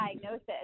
diagnosis